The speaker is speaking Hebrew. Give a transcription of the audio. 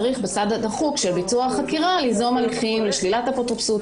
צריך בסד הדחוק של ביצוע החקירה ליזום הליכים לשלילת אפוטרופסות,